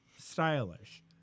stylish